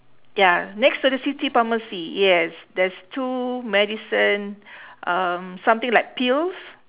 ya next to the city pharmacy yes there's two medicine um something like pills